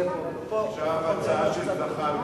עכשיו ההצעה של זחאלקה.